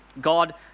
god